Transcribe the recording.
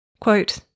Quote